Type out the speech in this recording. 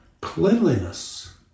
Cleanliness